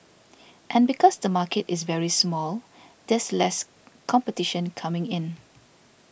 and because the market is very small there's less competition coming in